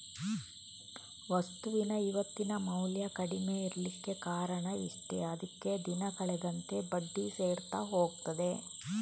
ವಸ್ತುವಿನ ಇವತ್ತಿನ ಮೌಲ್ಯ ಕಡಿಮೆ ಇರ್ಲಿಕ್ಕೆ ಕಾರಣ ಇಷ್ಟೇ ಅದ್ಕೆ ದಿನ ಕಳೆದಂತೆ ಬಡ್ಡಿ ಸೇರ್ತಾ ಹೋಗ್ತದೆ